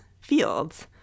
fields